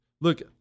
Look